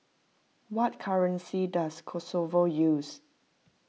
what currency does Kosovo use